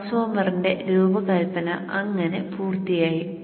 ട്രാൻസ്ഫോർമറിന്റെ രൂപകൽപ്പന അങ്ങനെ പൂർത്തിയായി